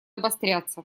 обостряться